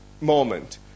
moment